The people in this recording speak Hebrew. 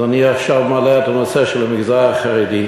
אז אני עכשיו מעלה את הנושא של המגזר החרדי.